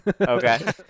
Okay